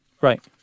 right